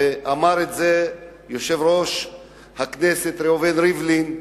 ואמר את זה יושב-ראש הכנסת ראובן ריבלין,